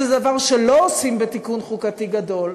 שזה דבר שלא עושים בתיקון חוקתי גדול,